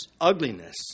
ugliness